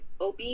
OB